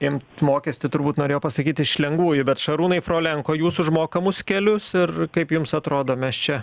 imt mokestį turbūt norėjo pasakyt iš lengvųjų bet šarūnai frolenko jūs už mokamus kelius ir kaip jums atrodo mes čia